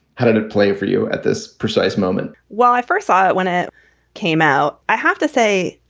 how did it play for you at this precise moment? well, i first saw it when it came out. i have to say,